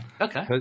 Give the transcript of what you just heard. Okay